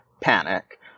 panic